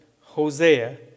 Hosea